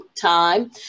time